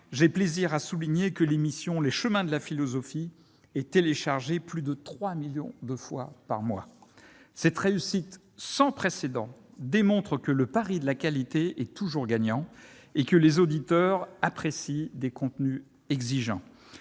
j'ai plaisir à souligner que l'émission est téléchargée plus de 3 millions de fois par mois ! Cette réussite sans précédent démontre que le pari de la qualité est toujours gagnant, et que les auditeurs apprécient des contenus exigeants.